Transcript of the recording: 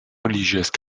religieuses